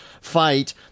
fight